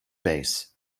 bass